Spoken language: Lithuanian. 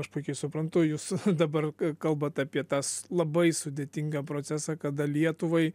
aš puikiai suprantu jūs dabar kalbat apie tas labai sudėtingą procesą kada lietuvai